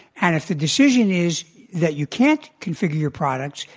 and if the decision is that you can't configure your products,